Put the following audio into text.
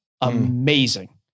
amazing